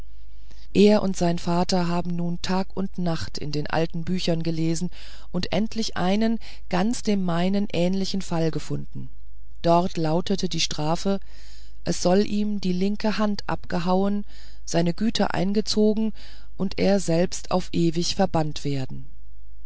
er und sein vater haben nun tag und nacht in den alten büchern gelesen und endlich einen ganz dem meinigen ähnlichen fall gefunden dort laute die strafe es soll ihm die linke hand abgehauen seine güter eingezogen er selbst auf ewig verbannt werden